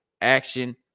action